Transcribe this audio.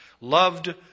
loved